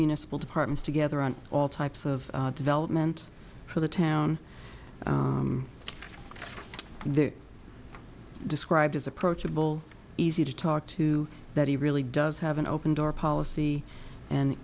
municipal departments together on all types of development for the town described as approachable easy to talk to that he really does have an open door policy and